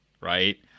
Right